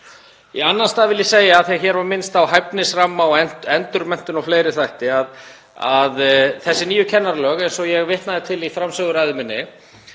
Í annan stað vil ég segja, af því að hér var minnst á hæfnisramma og endurmenntun og fleiri þætti, að þessi nýju kennaralög, eins og ég vitnaði til í framsöguræðu minni,